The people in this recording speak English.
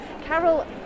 Carol